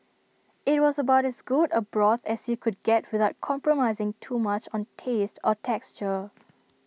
IT was about as good A broth as you could get without compromising too much on taste or texture